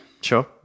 Sure